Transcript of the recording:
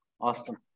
awesome